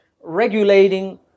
regulating